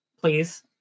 please